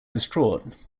distraught